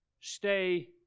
stay